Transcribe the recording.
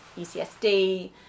UCSD